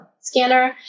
scanner